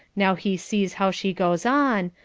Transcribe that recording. now he sees how she goes on,